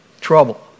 trouble